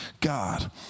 God